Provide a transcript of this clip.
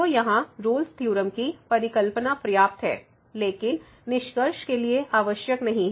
तो यहाँ Rolle's theorem Rolle's Theorem की परिकल्पना पर्याप्त हैं लेकिन निष्कर्ष के लिए आवश्यक नहीं है